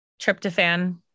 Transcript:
Tryptophan